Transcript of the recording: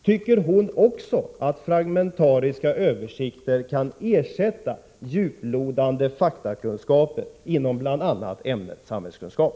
Tycker hon också att fragmentariska översikter kan ersätta djuplodande faktakunskaper inom bl.a. ämnet samhällskunskap?